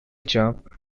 jump